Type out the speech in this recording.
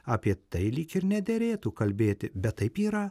apie tai lyg ir nederėtų kalbėti bet taip yra